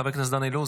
חבר הכנסת דן אילוז,